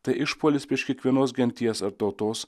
tai išpuolis prieš kiekvienos genties ar tautos